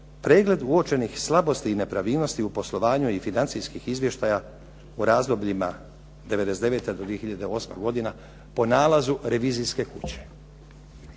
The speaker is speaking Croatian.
pregled uočenih slabosti i nepravilnosti u poslovanju i financijskih izvještaja u razdobljima '99. do 2008. godina po nalazu revizijske kuće.